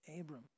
Abram